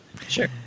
Sure